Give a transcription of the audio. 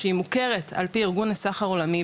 שהיא מוכרת על פי ארגון הסחר העולמי.